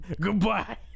Goodbye